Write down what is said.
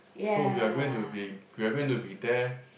so we're going to be we're going to be there